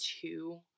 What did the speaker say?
two